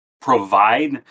provide